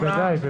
בוודאי.